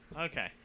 Okay